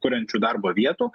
kuriančių darbo vietų